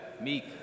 meek